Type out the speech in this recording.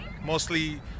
Mostly